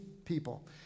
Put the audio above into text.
people